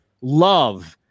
love